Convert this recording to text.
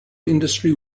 industry